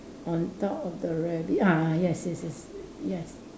on top of the rabbit ah yes yes yes yes